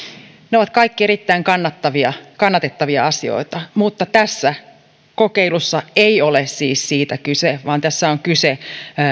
ne ovat kaikki erittäin kannatettavia kannatettavia asioita mutta tässä kokeilussa ei ole siis siitä kyse vaan tässä on kyse